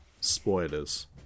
spoilers